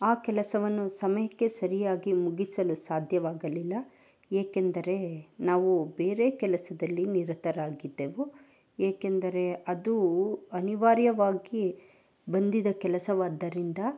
ಆ ಕೆಲಸವನ್ನು ಸಮಯಕ್ಕೆ ಸರಿಯಾಗಿ ಮುಗಿಸಲು ಸಾಧ್ಯವಾಗಲಿಲ್ಲ ಏಕೆಂದರೆ ನಾವು ಬೇರೆ ಕೆಲಸದಲ್ಲಿ ನಿರತರಾಗಿದ್ಧೆವು ಏಕೆಂದರೆ ಅದು ಅನಿವಾರ್ಯವಾಗಿ ಬಂದಿದ್ದ ಕೆಲಸವಾದ್ಧರಿಂದ